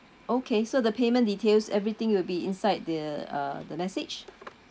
okay so the payment details everything will be inside the uh the message